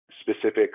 specific